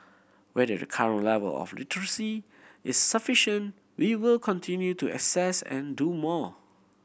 whether the current level of literacy is sufficient we will continue to assess and do more